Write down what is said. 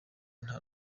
nta